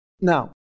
Now